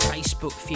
Facebook